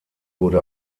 wurde